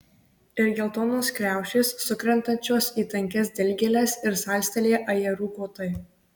ir geltonos kriaušės sukrentančios į tankias dilgėles ir salstelėję ajerų kotai